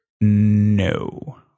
No